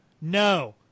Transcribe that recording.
No